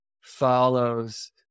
follows